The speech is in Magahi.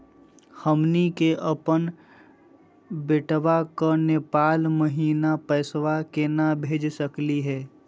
हमनी के अपन बेटवा क नेपाल महिना पैसवा केना भेज सकली हे?